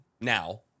now